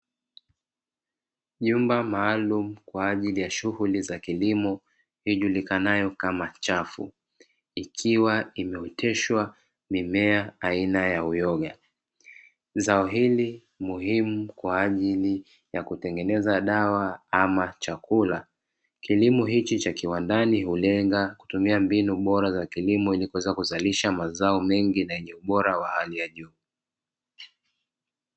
Nyumba maalum kwa ajili ya shughuli za kilimo nijulikanayo kama chafu, ikiwa imeoteshwa mimea aina ya uyoga zao hili muhimu kwa ajili ya kutengeneza dawa ama chakula kilimo hiki cha kiwandani hulenga kutumia mbinu bora za kilimo ili kuweza kuzalisha mazao mengi na jomora wa hali ya juu.